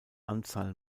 anzahl